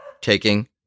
taking